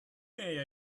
may